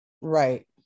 Right